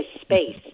space